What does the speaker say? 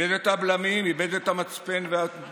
איבד את הבלמים, איבד את המצפן והמצפון,